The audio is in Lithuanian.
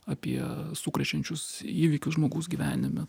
apie sukrečiančius įvykius žmogaus gyvenime